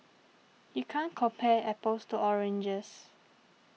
you can't compare apples to oranges